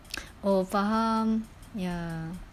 ohh faham ya